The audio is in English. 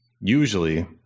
usually